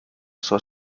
sua